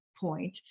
point